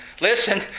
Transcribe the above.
listen